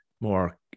more